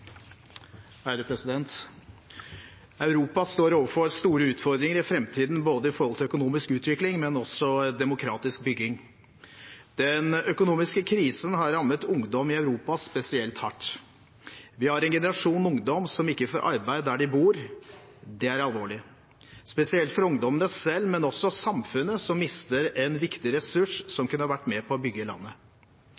av Europa. Europa står overfor store utfordringer i framtiden når det gjelder både økonomisk utvikling og demokratisk bygging. Den økonomiske krisen har rammet ungdom i Europa spesielt hardt. Vi har en generasjon ungdom som ikke får arbeid der de bor. Det er alvorlig – spesielt for ungdommene selv, men også for samfunnet, som mister en viktig ressurs som